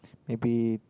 maybe